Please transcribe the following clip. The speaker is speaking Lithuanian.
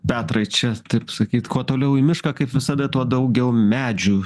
petrai čia taip sakyt kuo toliau į mišką kaip visada tuo daugiau medžių